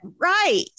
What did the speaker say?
right